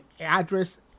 address